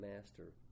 master